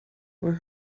were